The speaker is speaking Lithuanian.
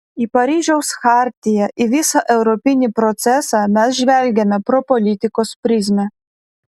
į paryžiaus chartiją į visą europinį procesą mes žvelgiame pro politikos prizmę